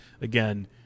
again